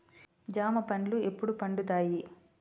జామ పండ్లు ఎప్పుడు పండుతాయి?